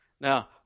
Now